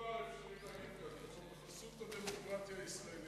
כל דבר אפשרי להגיד, בחסות הדמוקרטיה הישראלית.